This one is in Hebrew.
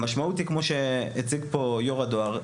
המשמעות היא כמו שהציג פה יו"ר הדואר,